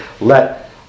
Let